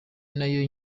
nayo